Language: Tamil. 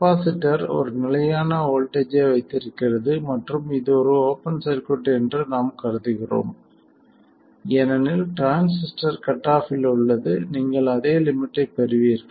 கப்பாசிட்டர் ஒரு நிலையான வோல்ட்டேஜ் ஐ வைத்திருக்கிறது மற்றும் இது ஒரு ஓப்பன் சர்க்யூட் என்று நாம் கருதுகிறோம் ஏனெனில் டிரான்சிஸ்டர் கட் ஆ ஃப் இல் உள்ளது நீங்கள் அதே லிமிட்டைப் பெறுவீர்கள்